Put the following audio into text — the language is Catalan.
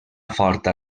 forta